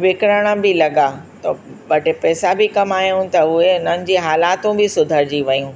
विकिणण बि लॻा त ॿ टे पैसा बि कमायूं त उहे उन्हनि जी हालातूं बि सुधरजी वियूं